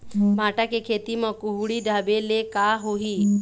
भांटा के खेती म कुहड़ी ढाबे ले का होही?